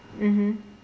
mmhmm